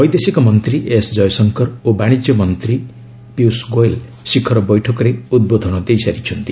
ବୈଦେଶିକ ମନ୍ତ୍ରୀ ଏସ୍ କୟଶଙ୍କର ଓ ବାଣିଜ୍ୟ ଏବଂ ଶିଳ୍ପମନ୍ତ୍ରୀ ପୀୟଷ ଗୋଏଲ୍ ଶିଖର ବୈଠକରେ ଉଦ୍ବୋଧନ ଦେଇସାରିଛନ୍ତି